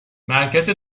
مرکز